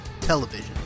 television